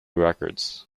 records